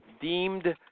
deemed